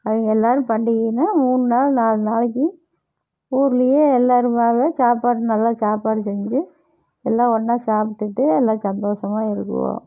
அவங்க எல்லோரும் பண்டிகைனால் மூணு நாள் நாலு நாளைக்கு ஊரிலியே எல்லொருமாவே சாப்பாடு நல்லா சாப்பாடு செஞ்சு எல்லாம் ஒன்றா சாப்பிட்டுட்டு எல்லாம் சந்தோஷமா இருக்குறோம்